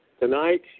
tonight